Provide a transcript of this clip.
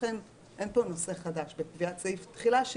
לכן אין נושא חדש בקביעת סעיף התחילה.